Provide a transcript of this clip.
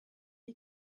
you